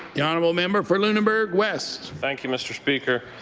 the honourable member for lunenberg west. thank you, mr. speaker.